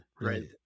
right